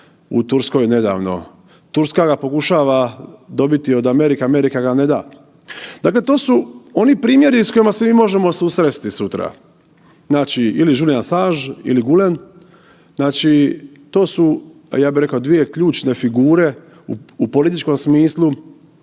u Turskoj nedavno. Turska ga pokušava dobiti od Amerike, Amerika ga ne da. Dakle to su oni primjeri s kojima se mi možemo susresti sutra. Znači ili Julian Assange ili Gülen, znači to su, pa ja bih rekao dvije ključne figure u političkom smislu,